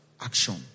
action